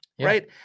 right